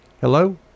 Hello